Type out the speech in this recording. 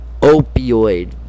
opioid